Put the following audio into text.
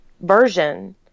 version